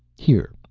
here,